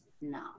No